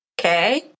Okay